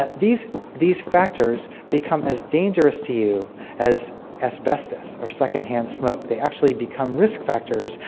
ah these these factors become as dangerous to you as asbestos or secondhand smoke. they actually become risk factors,